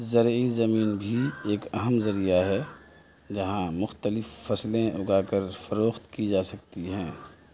زرعی زمین بھی جو کاروبار کے لیے فائدہ مند ہو سکتے ہیں ایک اہم ذریعہ ہے جہاں مختلف فصلیں اگا کر فروخت کی جا سکتی ہیں